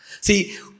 See